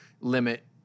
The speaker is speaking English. limit